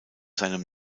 seinem